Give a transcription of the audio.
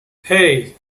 hey